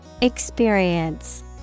Experience